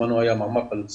בזמנו הוא היה מאמר חלוצי,